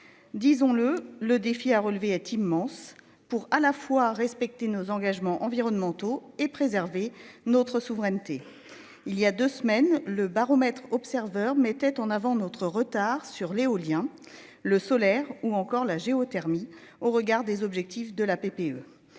Disons-le, le défi à relever est immense pour à la fois respecter nos engagements environnementaux et préserver notre souveraineté. Il y a 2 semaines le baromètre Observer mettait en avant notre retard sur l'éolien, le solaire ou encore la géothermie au regard des objectifs de la PPE,